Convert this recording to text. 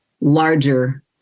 larger